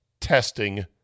testing